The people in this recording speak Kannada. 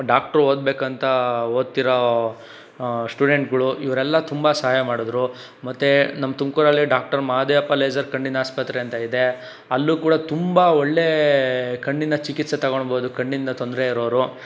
ಡಾಕ್ಟ್ರು ಓದ್ಬೇಕಂತ ಓದ್ತಿರೋ ಸ್ಟೂಡೆಂಟ್ಗಳು ಇವರೆಲ್ಲ ತುಂಬ ಸಹಾಯ ಮಾಡಿದ್ರು ಮತ್ತೆ ನಮ್ಮ ತುಮಕೂರಲ್ಲೇ ಡಾಕ್ಟರ್ ಮಹಾದೇವಪ್ಪ ಲೇಸರ್ ಕಣ್ಣಿನ ಆಸ್ಪತ್ರೆ ಅಂತ ಇದೆ ಅಲ್ಲೂ ಕೂಡ ತುಂಬ ಒಳ್ಳೇ ಕಣ್ಣಿನ ಚಿಕಿತ್ಸೆ ತಗೊಂಡ್ಬೋದು ಕಣ್ಣಿನ ತೊಂದರೆಯಿರುವವ್ರು